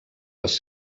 les